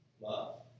love